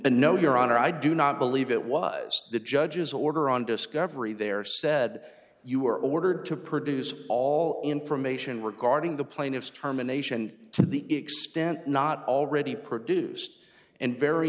no your honor i do not believe it was the judge's order on discovery there said you were ordered to produce all information regarding the plaintiff's terminations to the extent not already produced and very